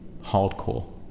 hardcore